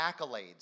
accolades